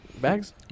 Bags